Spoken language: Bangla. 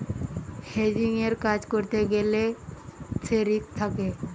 হেজিংয়ের কাজ করতে গ্যালে সে রিস্ক থাকে